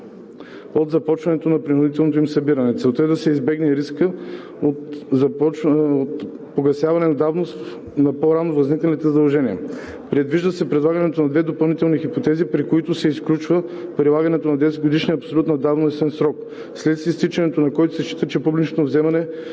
до започване на принудителното им събиране. Целта е да се избегне рискът от погасяване по давност на по-рано възникналите задължения. Предвижда се предлагането на две допълнителни хипотези, при които се изключва прилагането на 10-годишния абсолютен давностен срок, след изтичането на който се счита, че публичното вземане